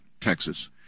Texas